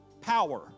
power